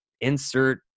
insert